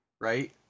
right